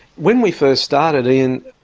when we first started, ian,